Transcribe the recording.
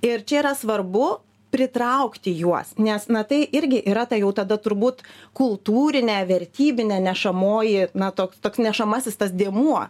ir čia yra svarbu pritraukti juos nes na tai irgi yra ta jau tada turbūt kultūrinė vertybinė nešamoji na toks toks nešamasis tas dėmuo